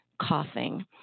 coughing